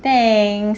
thanks